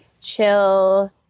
chill